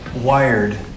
wired